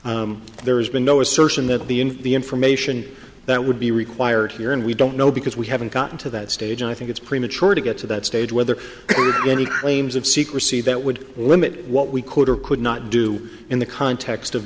so there's been no assertion that the in the information that would be required here and we don't know because we haven't gotten to that stage and i think it's premature to get to that stage whether any claims of secrecy that would limit what we could or could not do in the context of